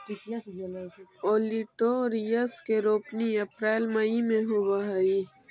olitorius के रोपनी अप्रेल मई में होवऽ हई